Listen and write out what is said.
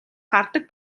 гардаг